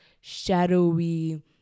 shadowy